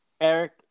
eric